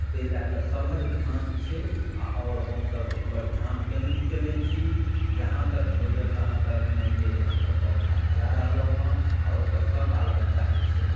ताहि लए कऽ सभक ध्यान छै आ आओर हमसभ एहिपर ध्यान केन्द्रित कयने छी जहाँ तक होइए तहाँ तक मानि लिअ जे हमसभ पौधा लगाए रहलहुँ हँ आ ओहिपर सभ बाल बच्चा जे छै